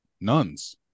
nuns